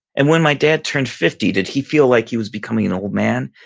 and when my dad turned, fifty did he feel like he was becoming an old man?